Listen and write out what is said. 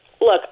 Look